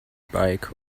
bike